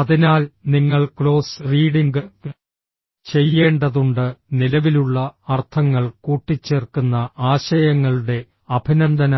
അതിനാൽ നിങ്ങൾ close reading ചെയ്യേണ്ടതുണ്ട് നിലവിലുള്ള അർത്ഥങ്ങൾ കൂട്ടിച്ചേർക്കുന്ന ആശയങ്ങളുടെ അഭിനന്ദന